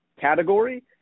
category